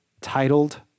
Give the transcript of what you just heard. titled